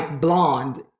blonde